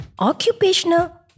occupational